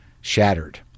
shattered